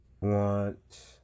want